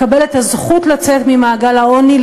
לקבל את הזכות לצאת ממעגל העוני,